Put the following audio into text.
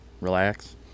relax